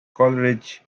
coleridge